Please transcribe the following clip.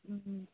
ও